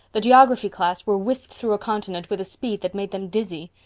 the geography class were whisked through a continent with a speed that made them dizzy.